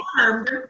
Armed